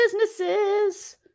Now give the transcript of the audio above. businesses